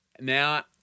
Now